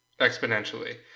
exponentially